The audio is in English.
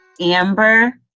Amber